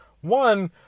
One